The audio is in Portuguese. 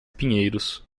pinheiros